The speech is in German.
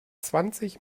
zwanzig